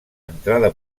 entrada